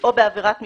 או בעבירת משמעת,